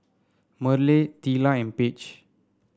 Merle Teela and Page